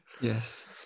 Yes